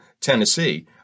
Tennessee